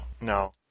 no